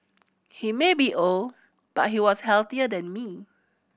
he may be old but he was healthier than me